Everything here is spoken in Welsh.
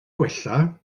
gwella